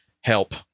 help